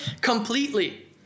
completely